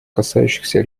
касающихся